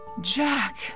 Jack